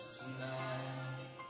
tonight